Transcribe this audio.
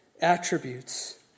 attributes